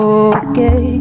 okay